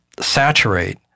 saturate